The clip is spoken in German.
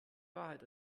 wahrheit